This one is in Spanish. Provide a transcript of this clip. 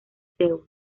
zeus